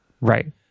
Right